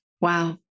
Wow